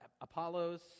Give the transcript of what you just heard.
Apollos